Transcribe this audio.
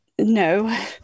no